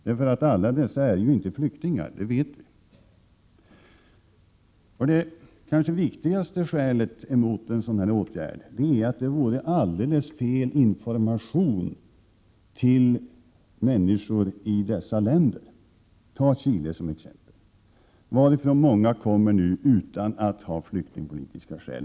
Alla dessa asylsökande är inte flyktingar, det vet vi. Det kanske viktigaste skälet som talar emot en sådan åtgärd är att det vore att ge alldeles fel information till människor i länder som t.ex. Chile. Många människor kommer nu till Sverige från Chile utan att ha flyktingpolitiska skäl.